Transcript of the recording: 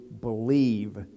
believe